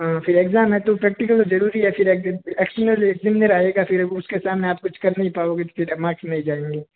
हाँ फिर एग्ज़ाम है तो प्रैक्टिकल तो ज़रूरी है फिर में रहेगा फिर उसके सामने आप कुछ कर नहीं पाओगे तो फिर मार्क्स नहीं जाएंगे